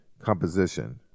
composition